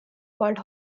called